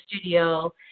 studio